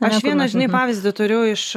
aš vieną žinai pavyzdį turiu iš